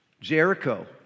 Jericho